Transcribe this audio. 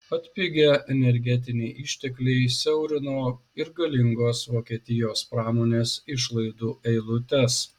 atpigę energetiniai ištekliai siaurino ir galingos vokietijos pramonės išlaidų eilutes